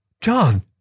John